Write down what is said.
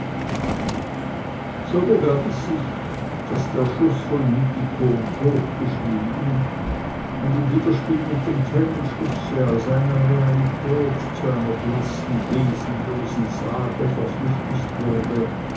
so begab es sich daß der schuß von mythikon totgeschwiegen und im widerspiel mit dem tellenschusse aus einer realität zu einer blassen wesenlosen sage verflüchtigt wurde